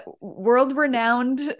world-renowned